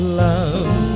love